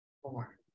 Four